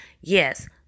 yes